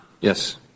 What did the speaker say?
Yes